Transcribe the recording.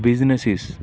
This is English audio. businesses